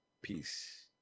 peace